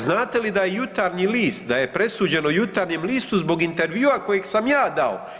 Znate li da je Jutarnji list da je presuđeno Jutarnjem listu zbog intervjua kojeg sam ja dao.